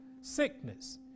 sickness